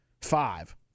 five